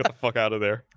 but fuck out of there.